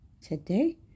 Today